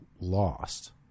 lost